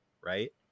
Right